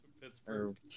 Pittsburgh